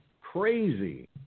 Crazy